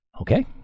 Okay